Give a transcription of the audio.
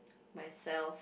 myself